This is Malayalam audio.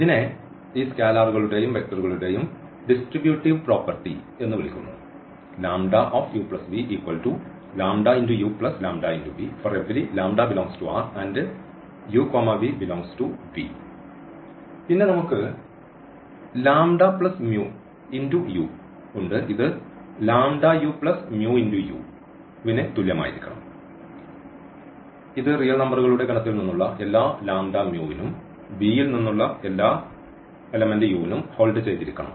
ഇതിനെ ഈ സ്കെയിലറുകളുടെയും വെക്റ്ററുകളുടെയും ഡിസ്ട്രിബ്യൂടീവ് പ്രോപ്പർട്ടി എന്ന് വിളിക്കുന്നു പിന്നെ നമുക്ക് ഈ λ μu ഉണ്ട് ഇത് ന് തുല്യമായിരിക്കണം ഇത് റിയൽ നമ്പറുകളുടെ ഗണത്തിൽ നിന്നുള്ള എല്ലാ എന്നിവയ്ക്കും V യിൽ നിന്നുള്ള എല്ലാ u നും ഹോൾഡ് ചെയ്തിരിക്കണം